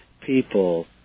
people